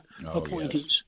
appointees